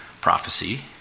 prophecy